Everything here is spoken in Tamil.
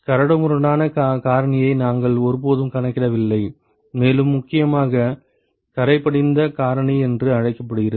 கரடுமுரடான காரணியை நாங்கள் ஒருபோதும் கணக்கிடவில்லை மேலும் முக்கியமாக கறைபடிந்த காரணி என்று அழைக்கப்படுகிறது